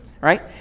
right